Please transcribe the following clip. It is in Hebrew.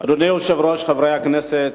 אדוני היושב-ראש, חברי הכנסת,